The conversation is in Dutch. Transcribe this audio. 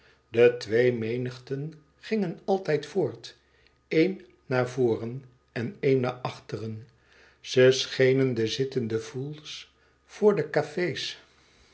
de twee menigten gingen altijd voort een naar voren en een naar achteren ze schenen de zittende foule's voor de café's